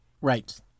Right